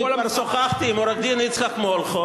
אני כבר שוחחתי עם עורך-דין יצחק מולכו